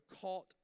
caught